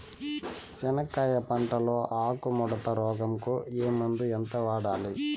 చెనక్కాయ పంట లో ఆకు ముడత రోగం కు ఏ మందు ఎంత వాడాలి?